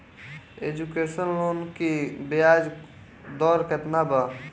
Education loan की ब्याज दर केतना बा?